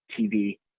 TV